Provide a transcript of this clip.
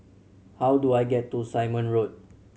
how do I get to Simon Road